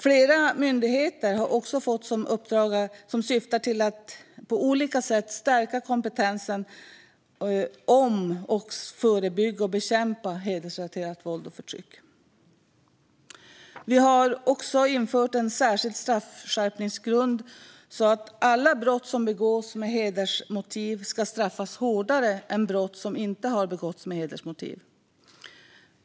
Flera myndigheter har också fått uppdrag som syftar till att på olika sätt stärka kompetensen om och förebygga och bekämpa hedersrelaterat våld och förtryck. Vi har också infört en särskild straffskärpningsgrund så att alla brott som begås med hedersmotiv ska straffas hårdare än brott som inte har begåtts med hedersmotiv.